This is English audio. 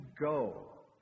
go